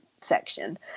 section